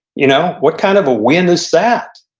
you know what kind of a win is that?